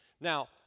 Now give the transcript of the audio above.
Now